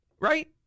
Right